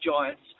Giants